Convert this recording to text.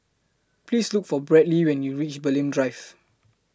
Please Look For Bradly when YOU REACH Bulim Drive